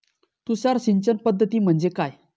तुषार सिंचन पद्धती म्हणजे काय?